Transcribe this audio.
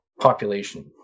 population